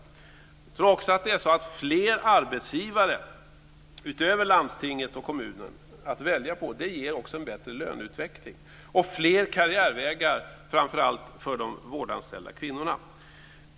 Jag tror också att det är så att fler arbetsgivare, utöver landstinget och kommunen, att välja på ger en bättre löneutveckling och fler karriärvägar, framför allt för de vårdanställda kvinnorna.